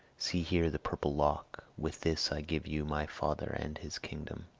see here the purple lock! with this i give you my father and his kingdom.